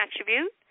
attribute